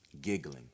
giggling